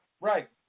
Right